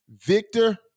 Victor